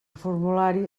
formulari